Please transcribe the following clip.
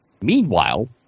Meanwhile